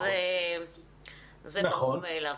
אז זה ברור מאליו.